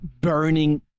burning